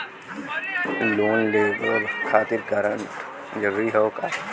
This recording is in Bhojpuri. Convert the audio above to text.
लोन लेवब खातिर गारंटर जरूरी हाउ का?